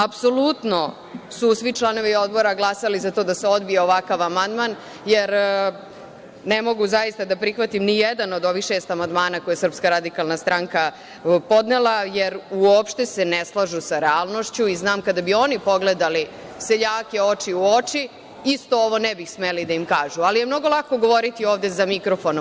Apsolutno su svi članovi Odbora glasali za to da se odbije ovakav amandman, jer ne mogu zaista da prihvatim nijedan od ovih šest amandmana koje je SRS podnela, jer uopšte se ne slažu sa realnošću i znam, kada bi oni pogledali seljake oči u oči, isto ovo ne bi smeli da im kažu, ali je mnogo lako govoriti ovde za mikrofonom.